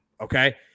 Okay